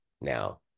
Now